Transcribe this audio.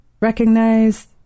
recognize